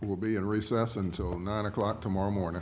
will be in recess until nine o'clock tomorrow morning